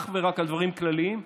אך ורק על דברים כלליים,